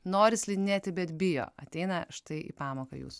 nori slidinėti bet bijo ateina štai į pamoką jūs